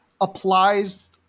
applies